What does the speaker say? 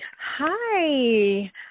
Hi